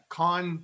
con